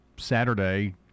Saturday